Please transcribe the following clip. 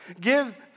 Give